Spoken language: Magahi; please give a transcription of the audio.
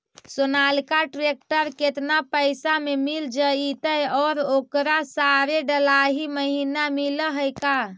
सोनालिका ट्रेक्टर केतना पैसा में मिल जइतै और ओकरा सारे डलाहि महिना मिलअ है का?